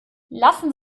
lassen